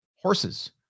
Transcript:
horses